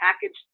package